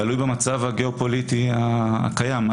תלוי במצב הגיאופוליטי הקיים.